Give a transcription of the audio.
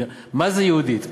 מה זה "יהודית"?